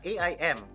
AIM